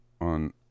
on